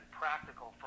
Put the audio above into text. practical